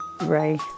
Ray